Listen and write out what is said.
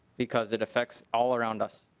because it affects all around us.